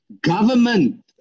government